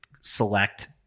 select